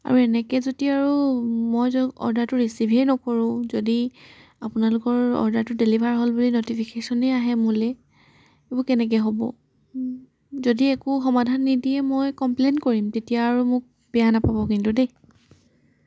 আৰু এনেকৈ যদি আৰু মই য অৰ্ডাৰটো ৰিচিভেই নকৰোঁ যদি আপোনালোকৰ অৰ্ডাৰটো ডেলিভাৰ হ'ল বুলি নটিফিকেশ্যনেই আহে মোলৈ এইবোৰ কেনেকৈ হ'ব যদি একো সমাধান নিদিয়ে মই কমপ্লেইন কৰিম তেতিয়া আৰু মোক বেয়া নাপাব কিন্তু দেই